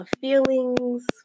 feelings